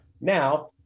Now